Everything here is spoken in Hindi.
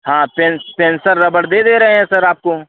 हाँ पेन पेन्सल रबड़ दे दे रहे हैं सर आपको